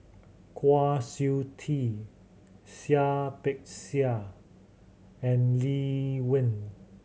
Kwa Siew Tee Seah Peck Seah and Lee Wen